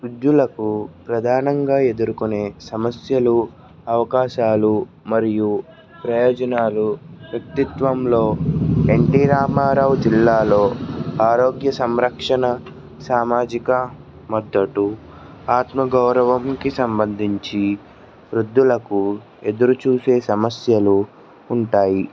వృద్దులకు ప్రధానంగా ఎదుర్కొనే సమస్యలు అవకాశాలు మరియు ప్రయోజనాలు వ్యక్తిత్వంలో ఎన్టీ రామారావు జిల్లాలో ఆరోగ్య సంరక్షణ సామాజిక మద్దతు ఆత్మ గౌరవంకి సంబంధించి వృద్ధులకు ఎదురుచూసే సమస్యలు ఉంటాయి